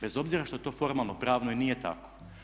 Bez obzira što to formalno-pravno i nije tako.